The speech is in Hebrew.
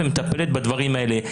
ומטפלת בדברים האלה.